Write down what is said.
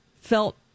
felt